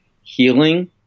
healing